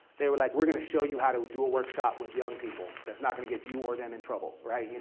they were like, we're gonna show you how to do a workshop with young people that's not gonna get you or them in trouble, right?